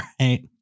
right